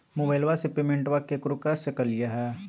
मोबाइलबा से पेमेंटबा केकरो कर सकलिए है?